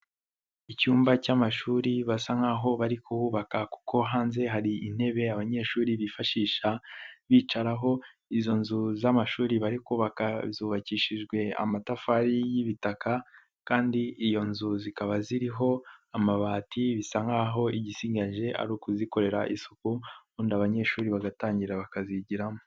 Icyumba cy'amashuri basa nkaho bari kuhubaka kuko hanze hari intebe abanyeshuri bifashisha bicaraho, izo nzu z'amashuri bari zubakishijwe amatafari y'ibitaka kandi iyo nzu zikaba ziriho amabati, bisa nk'aho igisigaje ari ukuzikorera isuku, ubundi abanyeshuri bagatangira bakazigiramo.